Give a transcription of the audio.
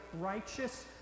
righteous